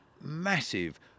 massive